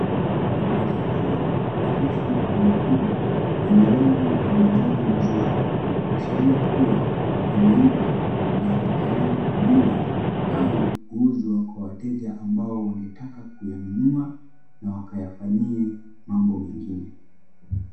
Mandizi haya marefu na makubwa yana rangi ya manjano mzuri, kuashiria kuwa, yaimeiva na yako tayari kuliwa au kuuzwa kwa wateja ambao wangetaka kuyanunua na wakayafanyie mambo mengine.